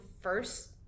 first